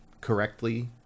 correctly